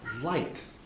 light